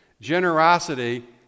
Generosity